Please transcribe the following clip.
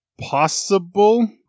Possible